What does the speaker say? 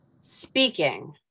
Speaking